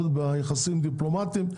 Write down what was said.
ביחסים הדיפלומטיים,